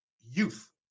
youth